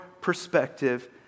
perspective